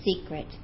secret